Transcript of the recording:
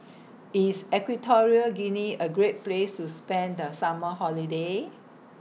IS Equatorial Guinea A Great Place to spend The Summer Holiday